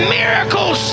miracles